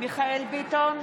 מיכאל מרדכי ביטון,